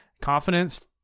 confidence